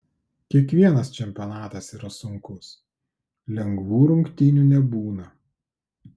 kiekvienas čempionatas yra sunkus lengvų rungtynių nebūna